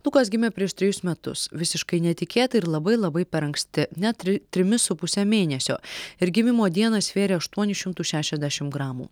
lukas gimė prieš trejus metus visiškai netikėtai ir labai labai per anksti net tri trimis su puse mėnesio ir gimimo dieną svėrė aštuonis šimtus šešiasdešim gramų